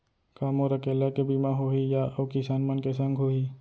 का मोर अकेल्ला के बीमा होही या अऊ किसान मन के संग होही?